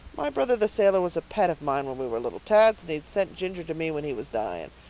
my brother the sailor was a pet of mine when we were little tads and he'd sent ginger to me when he was dying.